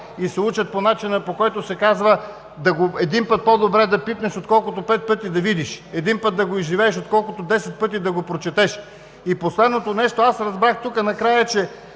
и се учат по начина, по който се казва: „По-добре един път да пипнеш, отколкото пет пъти да видиш. Един път да го изживееш, отколкото 10 пъти да го прочетеш“. Последното нещо, аз разбрах тук накрая –